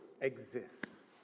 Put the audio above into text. exists